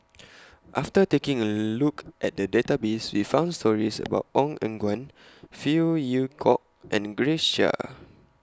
after taking A Look At The Database We found stories about Ong Eng Guan Phey Yew Kok and Grace Chia